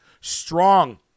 strong